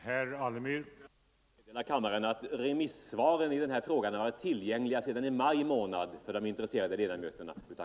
Herr talman! Jag vill bara meddela att remissvaren i den här frågan varit tillgängliga sedan juni månad för de intresserade ledamöterna av